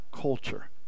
culture